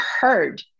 heard